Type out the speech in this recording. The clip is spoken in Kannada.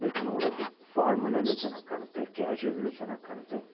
ಲೈಕ್ ನೋಡೋಕ್ಕು ಫಾರ್ಮಲಲ್ಲು ಚೆನ್ನಾಗಿ ಕಾಣುತ್ತೆ ಕ್ಯಾಜುವಲಲ್ಲು ಚೆನ್ನಾಗಿ ಕಾಣುತ್ತೆ